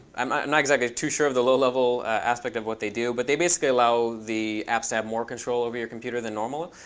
i'm not exactly too sure of the low level aspect of what they do. but they basically allow the apps to have more control over your computer than normal.